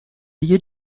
دیگه